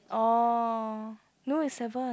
oh no is seven